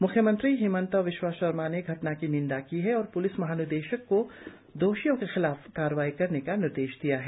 म्ख्यमंत्री हिमंता बिस्वा सरमा ने घटना की निंदा की है और प्लिस महानिदेशक को दोषियों के खिलाफ कार्रवाई करने का निर्देश दिया है